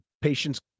patients